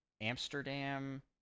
Amsterdam